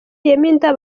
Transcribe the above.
inda